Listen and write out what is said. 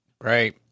Right